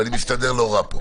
ואני מסתדר לא רע פה.